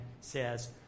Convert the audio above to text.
says